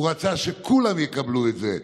הוא רצה שכולם יקבלו את זה.